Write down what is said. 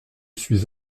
suis